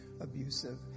abusive